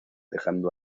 dejando